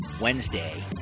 Wednesday